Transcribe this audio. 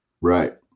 Right